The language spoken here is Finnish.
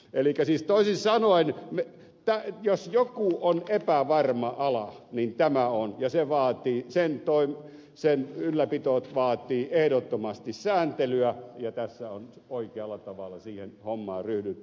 elikkä siis toisin sanoen jos joku on epävarma ala niin tämä on ja sen ylläpito vaatii ehdottomasti sääntelyä ja tässä on oikealla tavalla siihen hommaan ryhdytty